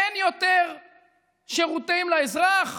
אין יותר שירותים לאזרח,